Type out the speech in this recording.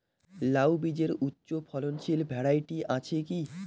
লাউ বীজের উচ্চ ফলনশীল ভ্যারাইটি আছে কী?